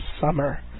summer